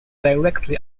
directly